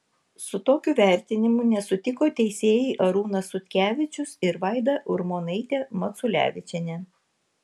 su tokiu vertinimu nesutiko teisėjai arūnas sutkevičius ir vaida urmonaitė maculevičienė